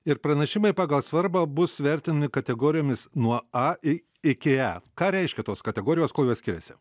ir pranašimai pagal svarbą bus vertinami kategorijomis nuo a i iki e ką reiškia tos kategorijos kuo jos skiriasi